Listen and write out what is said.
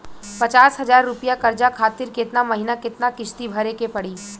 पचास हज़ार रुपया कर्जा खातिर केतना महीना केतना किश्ती भरे के पड़ी?